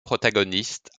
protagonistes